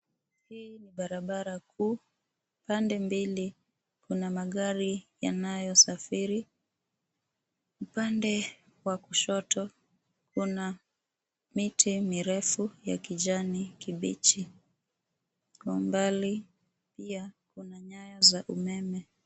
Hii ni barabara kuu. Pande mbili, kuna magari yanayo safiri. Upande wa kushoto kuna miti mirefu ya kijani kibichi. Kwa umbali pia kuna nyaya za umeme.